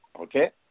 Okay